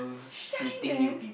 shy man